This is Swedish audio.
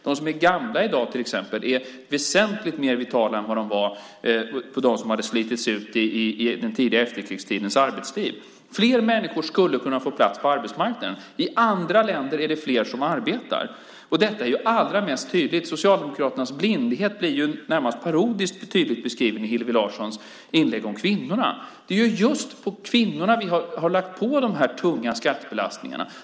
Till exempel är de som är gamla i dag väsentligt mer vitala än vad de var som hade slitits ut i den tidiga efterkrigstidens arbetsliv. Fler människor skulle kunna få plats på arbetsmarknaden. I andra länder är det fler som arbetar. Socialdemokraternas blindhet blir närmast parodiskt tydlig i Hillevi Larssons inlägg om kvinnorna. Det är just kvinnorna som man har lagt på de tunga skattebelastningarna.